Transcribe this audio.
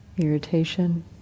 irritation